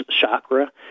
chakra